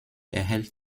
erhält